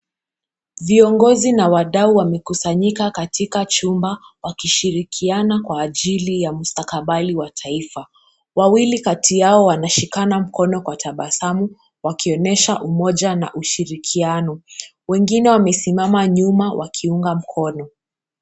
Viongozi na wadau wamekusanyika katika chumba wakishirikiana kwa ajili ya mstakabali wa taifa. Wawili kati yao wanashikana mkono kwa tabasamu wakionyesha umoja na ushirikiano. Wengine wamesimama nyuma wakiunga mkono.